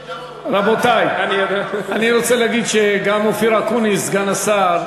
רבותי, אני רוצה להגיד שגם אופיר אקוניס, סגן השר,